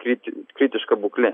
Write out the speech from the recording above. krit kritiška būklė